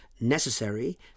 necessary